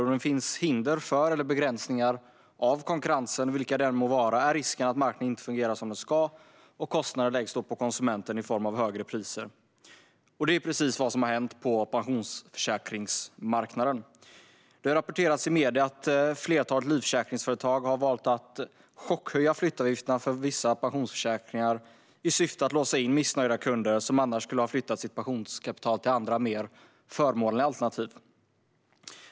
Om det finns hinder för eller begränsningar av konkurrensen, vilka de än må vara, är risken att marknaden inte fungerar som den ska, och kostnaden läggs då på konsumenten i form av högre priser. Det är precis vad som har hänt på pensionsförsäkringsmarknaden. Det har rapporterats i medierna att flertalet livförsäkringsföretag har valt att chockhöja flyttavgifterna för vissa pensionsförsäkringar i syfte att låsa in missnöjda kunder som annars skulle ha flyttat sitt pensionskapital till andra, mer förmånliga alternativ.